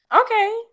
Okay